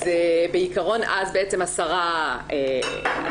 אז בעקרון אז בעצם השרה עזבה,